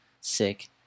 Sick